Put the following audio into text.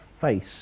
face